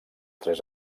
tres